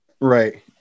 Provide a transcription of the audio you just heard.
Right